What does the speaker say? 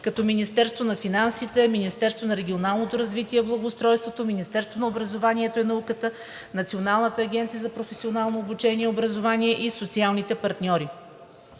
като Министерството на финансите, Министерството на регионалното развитие и благоустройството, Министерството на образованието и науката, Националната агенция за професионално образование и обучение и социалните партньори.